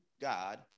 God